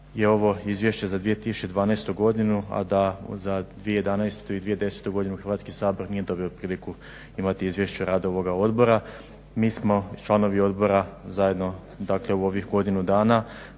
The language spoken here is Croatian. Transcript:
je ovo Izvješće za 2012. godinu, a da za 2011. i 2010. godinu Hrvatski sabor nije dobio priliku imati Izvješće rada ovoga Odbora. Mi smo i članovi Odbora zajedno, dakle u ovih godinu dana